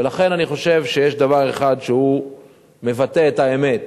ולכן אני חושב שיש דבר אחד שמבטא את האמת: